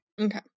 Okay